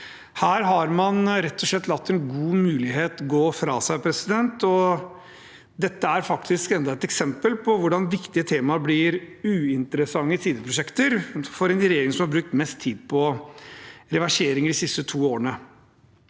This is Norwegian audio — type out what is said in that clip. Her har man rett og slett latt en god mulighet gå fra seg, og dette er faktisk enda et eksempel på hvordan viktige temaer blir uinteressante sideprosjekter for en regjering som har brukt mest tid på reverseringer de siste to årene.